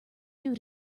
due